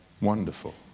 wonderful